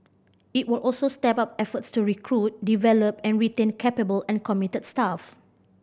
it will also step up efforts to recruit develop and retain capable and committed staff